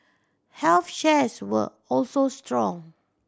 health shares were also strong